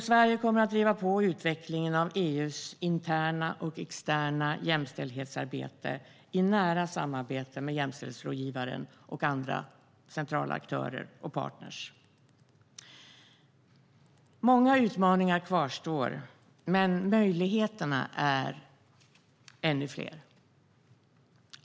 Sverige kommer att driva på utvecklingen av EU:s interna och externa jämställdhetsarbete i nära samarbete med jämställdhetsrådgivaren och andra centrala aktörer och partner. Många utmaningar kvarstår, men möjligheterna är ännu fler.